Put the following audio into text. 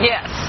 Yes